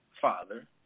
father